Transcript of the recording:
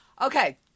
Okay